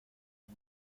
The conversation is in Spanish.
que